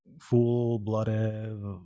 full-blooded